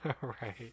right